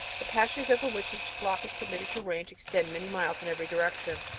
the pastures over which each flock is permitted to range extend many miles in every direction.